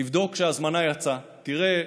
תבדוק שההזמנה יצאה, תראה,